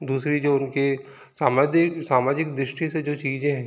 दूसरी जो उनकी सामाजिक सामाजिक दृष्टि से जो चीज़ें हैं